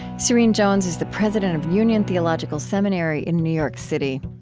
serene jones is the president of union theological seminary in new york city.